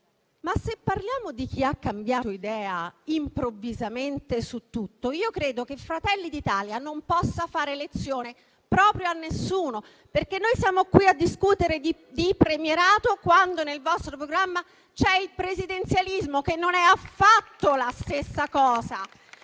Ma, se parliamo di chi ha cambiato idea improvvisamente su tutto, io credo che Fratelli d'Italia non possa fare lezione proprio a nessuno, perché noi siamo qui a discutere di premierato, quando nel vostro programma c'è il presidenzialismo, che non è affatto la stessa cosa.